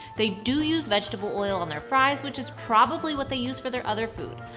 they do use vegetable oil on their fries, which is probably what they use for their other food.